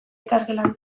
ikasgelan